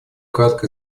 кратко